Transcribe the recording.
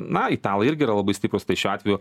na italai irgi yra labai stiprūs tai šiuo atveju